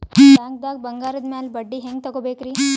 ಬ್ಯಾಂಕ್ದಾಗ ಬಂಗಾರದ್ ಮ್ಯಾಲ್ ಬಡ್ಡಿ ಹೆಂಗ್ ತಗೋಬೇಕ್ರಿ?